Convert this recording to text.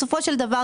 בסופו של דבר,